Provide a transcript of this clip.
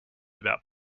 about